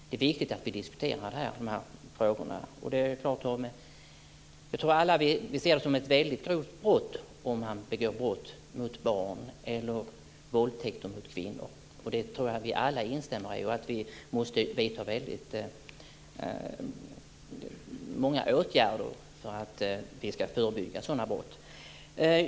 Det är viktigt att vi diskuterar de sakerna. Vi ser det som ett väldigt grovt brott om någon begår brott mot barn eller våldtar kvinnor. Det tror jag att vi alla instämmer i. Vi måste vidta många åtgärder för att förebygga sådana brott.